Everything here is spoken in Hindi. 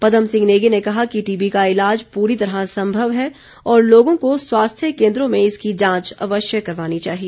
पदम सिंह नेगी ने कहा कि टीबी का ईलाज पूरी तरह संभव है और लोगों को स्वास्थ्य केंद्रों में इसकी जांच अवश्य करवानी चाहिए